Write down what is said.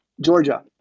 Georgia